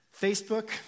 Facebook